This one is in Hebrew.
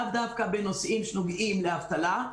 לאו דווקא בנושאים שנוגעים לאבטלה,